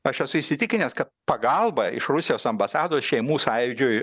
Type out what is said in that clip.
aš esu įsitikinęs kad pagalba iš rusijos ambasados šeimų sąjūdžiui